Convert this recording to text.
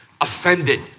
offended